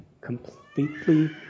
completely